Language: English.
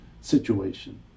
situation